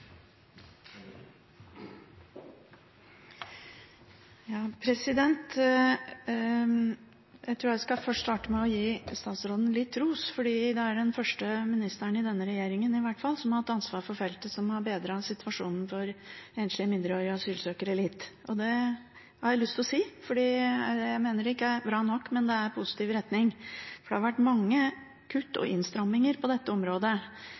den første ministeren, iallfall i denne regjeringen, som har hatt ansvaret for feltet som har bedret situasjonen for enslige mindreårige asylsøkere litt. Det har jeg lyst til å si. Jeg mener det ikke er bra nok, men det går i positiv retning. Det har vært mange kutt og innstramminger på dette området.